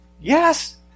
Yes